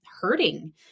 hurting